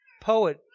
poet